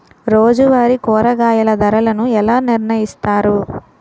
రోజువారి కూరగాయల ధరలను ఎలా నిర్ణయిస్తారు?